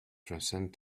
transcend